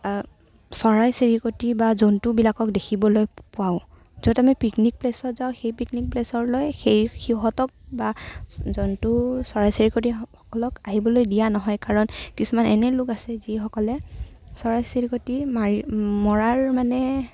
চৰাই চিৰিকটি বা জন্তুবিলাকক দেখিবলৈ পাওঁ য'ত আমি পিকনিক প্লেছত যাওঁ সেই পিকনিক প্লেছলৈ সেই সিহঁতক বা জন্তু চৰাই চিৰিকটিসকলক আহিবলৈ দিয়া নহয় কাৰণ কিছুমান এনে লোক আছে যিসকলে চৰাই চিৰিকটি মৰাৰ মানে